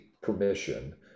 permission